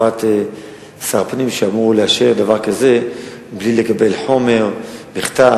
בפרט שר פנים שאמור לאשר דבר כזה בלי לקבל חומר בכתב,